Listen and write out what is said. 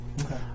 Okay